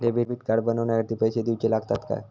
Debit card बनवण्याखाती पैसे दिऊचे लागतात काय?